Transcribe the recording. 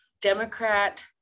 Democrat